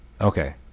Okay